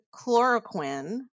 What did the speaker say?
chloroquine